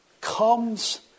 comes